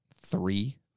three